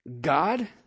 God